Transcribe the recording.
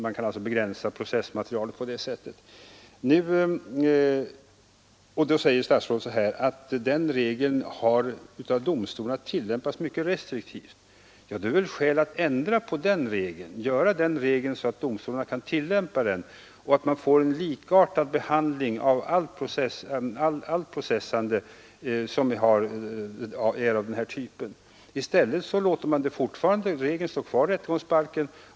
Man kan alltså på det sättet begränsa processmaterialet. Statsrådet säger att denna regel av domstolarna har tillämpats mycket restriktivt. Men då är det väl också skäl att ändra på denna regel, så att domstolarna kan tillämpa den och åstadkomma en likartad behandling vid allt processande av denna typ. Man anser dock att det inte är något att göra åt detta förhållande och atsrådet låter regeln stå kvar i rättegångsbalken.